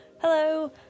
Hello